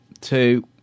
two